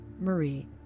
marie